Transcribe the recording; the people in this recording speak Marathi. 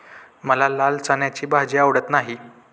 मला लाल चण्याची भाजी आवडत नाही